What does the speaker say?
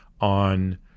on